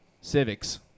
civics